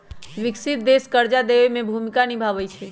विकसित देश कर्जा देवे में मुख्य भूमिका निभाई छई